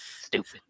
Stupid